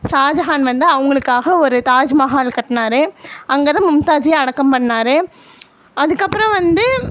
ஷாஜஹான் வந்து அவுங்களுக்காக ஒரு தாஜ்மஹால் கட்டினாரு அங்கே தான் மும்தாஜ்ஜையும் அடக்கம் பண்ணிணாரு அதுக்கப்புறம் வந்து